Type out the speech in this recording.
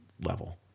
level